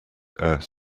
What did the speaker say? earth